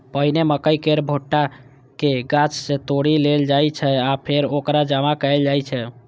पहिने मकइ केर भुट्टा कें गाछ सं तोड़ि लेल जाइ छै आ फेर ओकरा जमा कैल जाइ छै